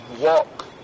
walk